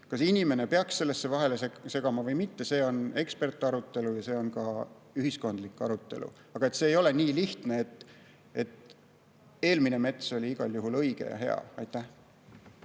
Kas inimene peaks sellesse vahele segama või mitte, see vajab ekspertide arutelu ja ka ühiskondlikku arutelu. Aga see ei ole nii lihtne, et eelmine mets oli igal juhul õige ja hea. Reili